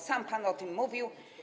Sam pan o tym mówił.